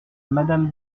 madame